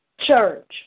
church